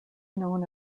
known